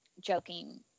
joking